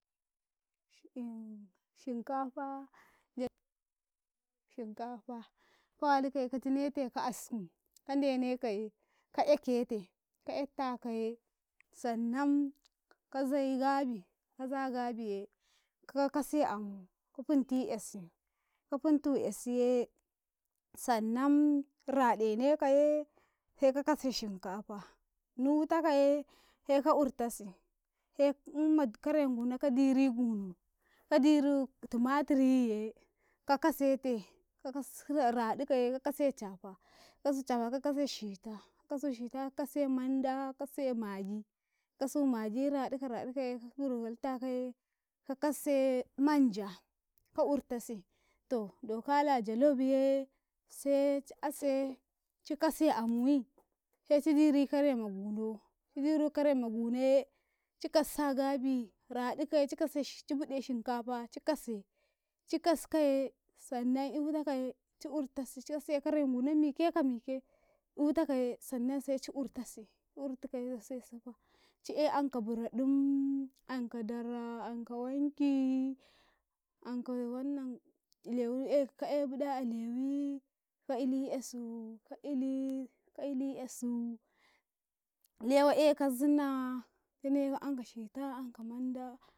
﻿In shinkafa shinkafa ka walikaye ka janete kaassi kandenekaye ka'yakete ka'yaktakaye sannam kazai gabi ka zagabiye ka kase amu kafunti 'yasi ka funtu 'yasiyee sannam raɗene kayee se ka kase shinkafa nutakaye seka urtasi hek inmad karema guna ka diri guno ka diru timatir yiye kakasete ka kassika raɗikaye ka kase cafa ka kasu cafa ka kase shitta ka kasu shittaye kase manda kase magi kasu magiye raɗuka raɗukaye ka hurwaltakaye ka kasse manja ka urtasi to kala jalob ye se ci ase cikase amuyi he ci diri kare ma gunocidiru kare ma gunaye ci kassi a gabiradikaye ki kase a bude shinkafa ci kase ki kaskaye sannan eutakaye ci urtasi ci kase kare ma guna mike ka mike eutakaye sannam seci urtasi ci urtukaye se sifa ci ae anka buraɗum anka daraa anka wanki anka wannan lewi ae ka ae buɗa a lewi kaili'yasu ka'ili kaili'yasuu lewai aeka zina janeka anka shita anka manda.